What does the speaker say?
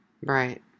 Right